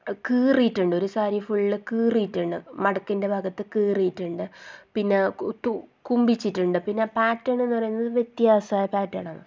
കീറിയിട്ടുണ്ട് ഒരു സാരി ഫുൾ കീറിയിട്ടുണ്ട് മടക്കിൻ്റെ ഭാഗത്ത് കീറിയിട്ടുണ്ട് പിന്നെ കു കുമ്പിച്ചിട്ടുണ്ട് പിന്നെ ആ പാറ്റേൺ എന്ന് പറയുന്നത് വ്യത്യാസമായ പാറ്റേൺ ആണ്